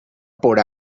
por